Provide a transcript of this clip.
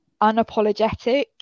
unapologetic